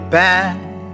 back